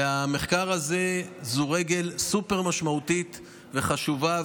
והמחקר הזה הוא רגל סופר-משמעותית וחשובה,